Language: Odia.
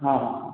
ହଁ ହଁ